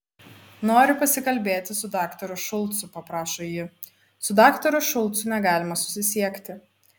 noriu pasikalbėti su daktaru šulcu paprašo ji su daktaru šulcu negalima susisiekti